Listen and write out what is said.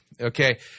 okay